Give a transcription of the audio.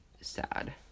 sad